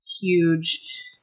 huge